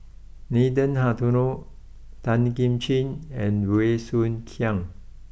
Nathan Hartono Tan Kim Ching and Bey Soo Khiang